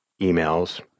emails